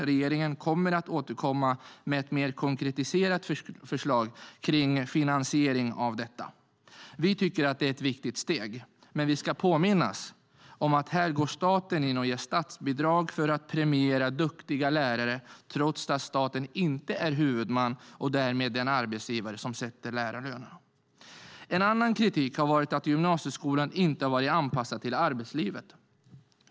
Regeringen kommer att återkomma med ett mer konkretiserat förslag om finansiering av detta. Vi tycker att det är ett viktigt steg. Men vi ska påminnas om att staten här går in och ger statsbidrag för att premiera duktiga lärare trots att staten inte är huvudman och därmed den arbetsgivare som sätter lärarlönerna. En annan kritik har varit att gymnasieskolan inte har varit anpassad till arbetslivet.